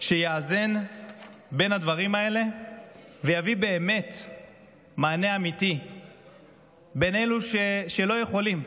שיאזן בין הדברים האלה ויביא מענה אמיתי לאלה שלא יכולים,